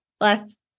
last